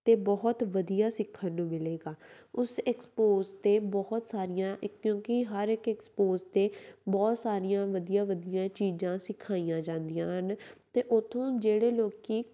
ਅਤੇ ਬਹੁਤ ਵਧੀਆ ਸਿੱਖਣ ਨੂੰ ਮਿਲੇਗਾ ਉਸ ਐਕਸਪੋਜ 'ਤੇ ਬਹੁਤ ਸਾਰੀਆਂ ਕਿਉਂਕਿ ਹਰ ਇੱਕ ਐਕਸਪੋਜ 'ਤੇ ਬਹੁਤ ਸਾਰੀਆਂ ਵਧੀਆ ਵਧੀਆਂ ਚੀਜ਼ਾਂ ਸਿਖਾਈਆਂ ਜਾਂਦੀਆਂ ਹਨ ਅਤੇ ਉਥੋਂ ਜਿਹੜੇ ਲੋਕ